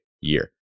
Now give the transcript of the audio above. year